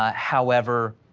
ah however,